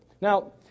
Now